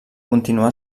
continuà